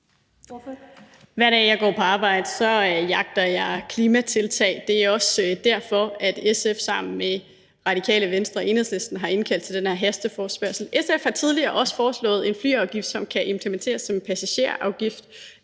Hver dag, når jeg går på arbejde, jagter jeg klimatiltag. Det er også derfor, SF sammen med Radikale Venstre og Enhedslisten har indkaldt til den her hasteforespørgsel. SF har også tidligere foreslået en flyafgift, som kan implementeres som en passagerafgift.